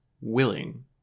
willing